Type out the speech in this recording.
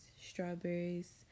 strawberries